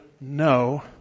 No